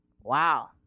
wow